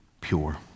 pure